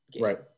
right